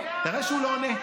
אתה רואה שהוא לא עונה?